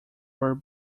were